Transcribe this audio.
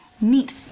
Neat